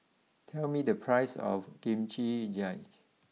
tell me the price of Kimchi Jjigae